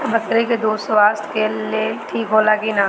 बकरी के दूध स्वास्थ्य के लेल ठीक होला कि ना?